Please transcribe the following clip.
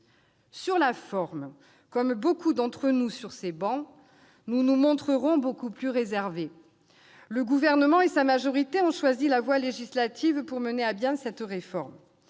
Sur la forme, comme beaucoup de nos collègues, nous nous montrerons beaucoup plus réservés. Le Gouvernement et sa majorité ont choisi la voie législative pour mener à bien cette réforme.